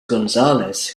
gonzalez